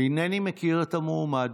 אינני מכיר את המועמד,